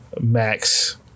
Max